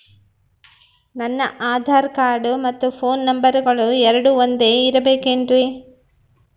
ನನ್ನ ಆಧಾರ್ ಕಾರ್ಡ್ ಮತ್ತ ಪೋನ್ ನಂಬರಗಳು ಎರಡು ಒಂದೆ ಇರಬೇಕಿನ್ರಿ?